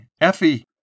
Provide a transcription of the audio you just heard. Effie